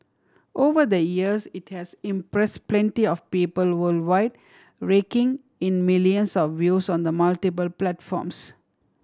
over the years it has impressed plenty of people worldwide raking in millions of views on the multiple platforms